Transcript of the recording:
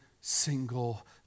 single